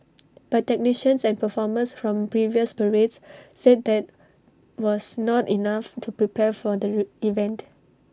but technicians and performers from previous parades said that was not enough to prepare for the event